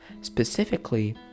Specifically